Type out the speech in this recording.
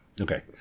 okay